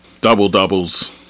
double-doubles